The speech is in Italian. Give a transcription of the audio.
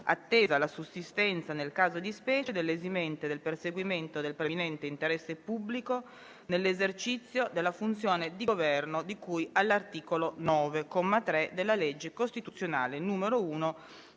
attesa la sussistenza nel caso di specie dell'esimente del perseguimento del preminente interesse pubblico nell'esercizio della funzione di Governo di cui all'articolo 9, comma 3, della legge costituzionale n. 1